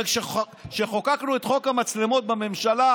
רק כשחוקקנו את חוק המצלמות בממשלה,